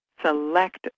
Select